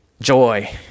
joy